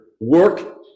work